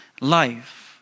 life